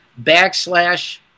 backslash